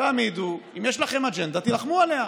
תעמידו, ואם יש לכם אג'נדה, תילחמו עליה.